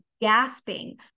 gasping